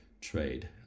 trade